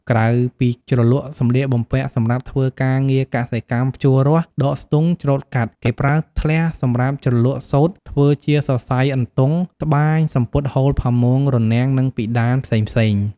ក្រៅពីជ្រលក់សម្លៀកបំពាក់សម្រាប់ធ្វើការងារកសិកម្មភ្ជួររាស់ ដកស្ទូង ច្រូតកាត់ គេប្រើធ្លះសម្រាប់ជ្រលក់សូត្រធ្វើជាសរសៃអន្ទង ត្បាញសំពត់ហូលផាមួង រនាំង និងពិដានផ្សេងៗ។